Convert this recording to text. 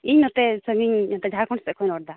ᱤᱧ ᱱᱚᱛᱮ ᱥᱟᱺᱜᱤᱧ ᱱᱚᱛᱮ ᱡᱷᱟᱲᱠᱷᱚᱸᱰ ᱥᱮᱫ ᱠᱷᱚᱱᱤᱧ ᱨᱚᱲᱫᱟ